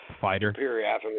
fighter